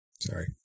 Sorry